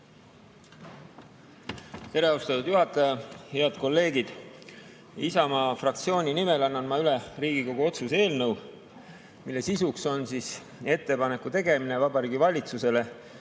Tere, austatud juhataja! Head kolleegid! Isamaa fraktsiooni nimel annan üle Riigikogu otsuse eelnõu, mille sisuks on ettepaneku tegemine Vabariigi Valitsusele